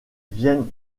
viennent